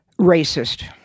Racist